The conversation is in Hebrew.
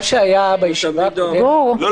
שהיה בישיבה הקודמת --- לא,